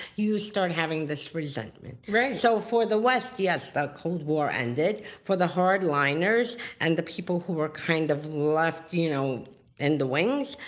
you start having this resentment. right. so for the west, yes, the cold war ended. for the hard liners and the people who were kind of left in you know and the wings,